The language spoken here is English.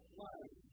life